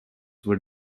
were